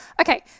Okay